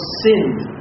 sinned